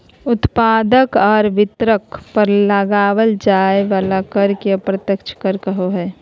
उत्पादक आर वितरक पर लगाल जाय वला कर के अप्रत्यक्ष कर कहो हइ